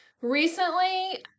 recently